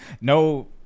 no